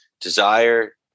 desire